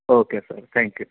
okay sir thank you